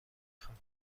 خوام